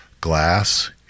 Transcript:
glass